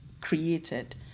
created